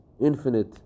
infinite